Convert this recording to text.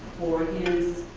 for his